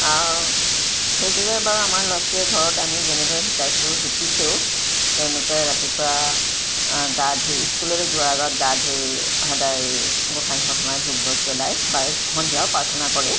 আৰু সেইদৰে বাৰু আমাৰ ল'ৰা ছোৱালীয়ে ঘৰত আমি যেনেদৰে শিকাইছোঁ শিকিছেও তেওঁলোকে ৰাতিপুৱা গা ধুই স্কুললৈ যোৱাৰ আগত গা ধুই সদায় গোসাঁইঘৰত সোমাই ধূপ জ্বলায় বা সন্ধিয়াও প্ৰাৰ্থনা কৰি